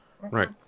Right